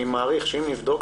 אני מעריך שאם נבדוק,